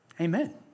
amen